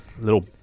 Little